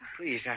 Please